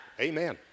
Amen